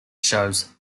shows